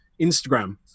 Instagram